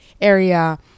area